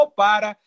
para